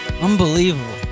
Unbelievable